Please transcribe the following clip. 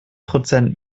prozent